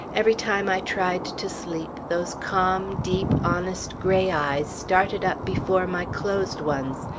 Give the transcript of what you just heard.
every time i tried to sleep, those calm, deep, honest gray eyes started up before my closed ones,